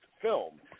film